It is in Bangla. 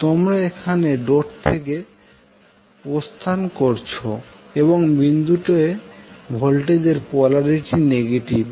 তোমরা এখানে ডট থেকে প্রস্থান করছো এবং বিন্দুতে ভোল্টেজের পোলারিটি নেগেটিভ